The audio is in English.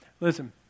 Listen